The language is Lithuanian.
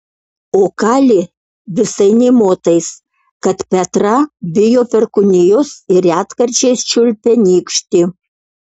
o kali visai nė motais kad petra bijo perkūnijos ir retkarčiais čiulpia nykštį